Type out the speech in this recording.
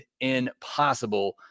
impossible